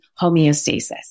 homeostasis